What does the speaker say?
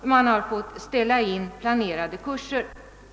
Man har fått ställa in planerade kurser.